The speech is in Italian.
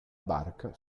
barca